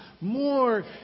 more